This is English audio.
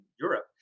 Europe